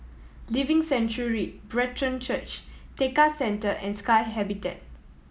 Living Sanctuary Brethren Church Tekka Centre and Sky Habitat